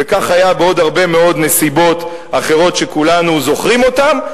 וכך היה בעוד הרבה מאוד נסיבות אחרות שכולנו זוכרים אותן.